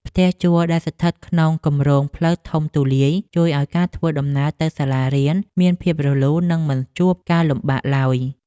ផ្ទះជួលដែលស្ថិតក្នុងគំរោងផ្លូវធំទូលាយជួយឱ្យការធ្វើដំណើរទៅសាលារៀនមានភាពរលូននិងមិនជួបការលំបាកឡើយ។